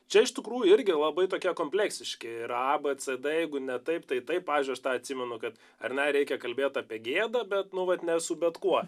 čia iš tikrųjų irgi labai tokie kompleksiški ir a b c d jeigu ne taip tai taip pavyzdžiui aš tą atsimenu kad ar ne reikia kalbėt apie gėdą bet nu vat ne su bet kuo